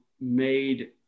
made